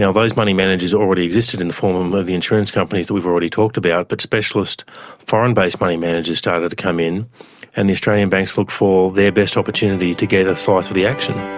ah those money managers already existed in the form of the insurance companies that we've already talked about, but specialist foreign-based money managers started to come in and the australian banks looked for the best opportunity to get a slice of the action.